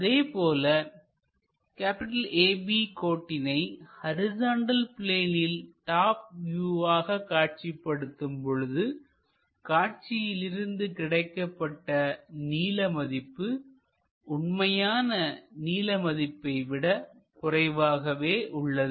அதேபோல AB கோட்டினை horizontal பிளேனில் டாப் வியூவாக காட்சிப்படுத்தும் பொழுதுகாட்சியிலிருந்து கிடைக்கப்பட்ட நீள மதிப்பு உண்மையான நீள மதிப்பை விட குறைவாகவே உள்ளது